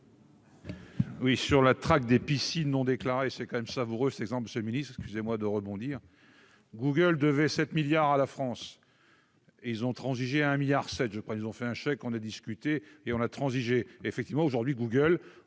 Oui, sur la traque des piscines non déclarés, c'est quand même savoureux cet exemple Monsieur le Ministre, excusez-moi de rebondir Google devait 7 milliards à la France, ils ont transigé 1 milliard je crois qu'nous on fait un chèque, on a discuté et on a transigé effectivement aujourd'hui Google